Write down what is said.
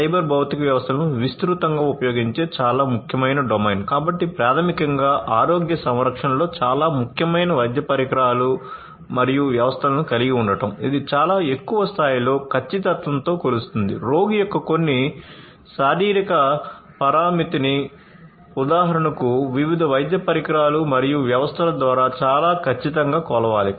cyber భౌతిక వ్యవస్థల ఉదాహరణకు వివిధ వైద్య పరికరాలు మరియు వ్యవస్థల ద్వారా చాలా ఖచ్చితంగా కొలవాలి